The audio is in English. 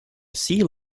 sea